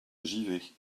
givet